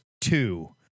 two